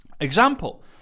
Example